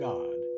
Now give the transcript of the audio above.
God